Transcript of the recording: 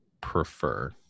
prefer